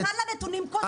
היא אמרה נתונים כוזבים.